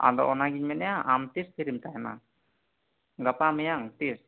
ᱟᱫᱚ ᱚᱱᱟᱜᱮᱧ ᱢᱮᱱᱮᱫᱼᱟ ᱟᱢ ᱛᱤᱥ ᱯᱷᱤᱨᱤᱢ ᱛᱟᱦᱮᱱᱟ ᱜᱟᱯᱟ ᱢᱮᱭᱟᱝ ᱛᱤᱥ